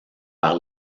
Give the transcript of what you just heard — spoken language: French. par